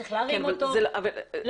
צריך להרים אותו וכולי.